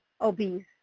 obese